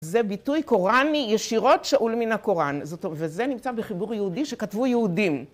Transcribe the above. זה ביטוי קוראני ישירות שאול מן הקוראן, וזה נמצא בחיבור יהודי שכתבו יהודים.